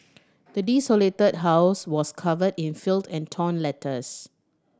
the desolated house was covered in filth and torn letters